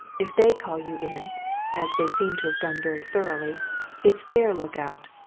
if they call you in as they seem to have done very thoroughly it's their look out.